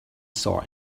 saw